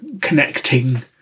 connecting